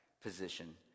position